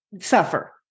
suffer